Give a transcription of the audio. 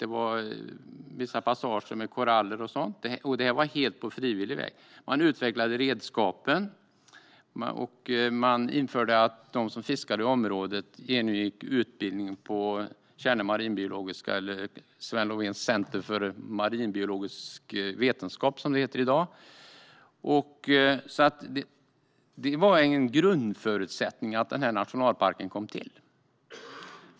Det var vissa passager med koraller och sådant, och det var helt på frivillig väg. Man utvecklade redskapen och införde att de som fiskade fick genomgå utbildning på Tjärnö marinbiologiska laboratorium, eller Sven Lovén centrum för marina vetenskaper, som det heter i dag. Detta var en grundförutsättning för att nationalparken skulle komma till.